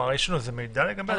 יש לנו מידע לגבי הדברים האלה?